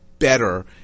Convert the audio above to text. better